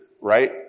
right